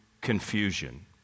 Confusion